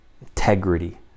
integrity